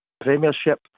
Premiership